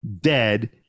dead